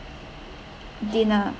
dinner